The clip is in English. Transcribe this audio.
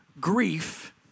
grief